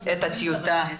זה לא נמצא בכנסת.